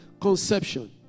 conception